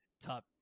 top